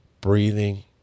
Breathing